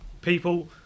people